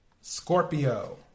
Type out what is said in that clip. Scorpio